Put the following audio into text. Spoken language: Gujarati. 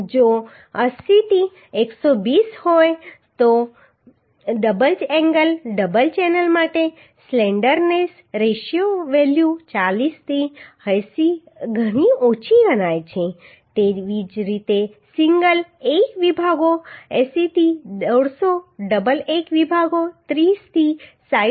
જો તે 80 થી 120 હોય તો ડબલ એંગલ ડબલ ચેનલ માટે સ્લેન્ડરનેસ રેશિયો વેલ્યુ 40 થી 80 ઘણી ઓછી ગણી શકાય તેવી જ રીતે સિંગલ I વિભાગો 80 થી 150 ડબલ I વિભાગો 30 થી 60